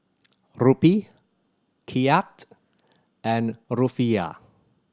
Rupee Kyat and Rufiyaa